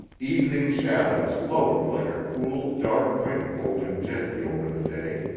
evening shadows lowered like a cool, dark wing folding gently over the day,